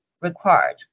required